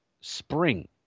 spring